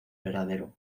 verdadero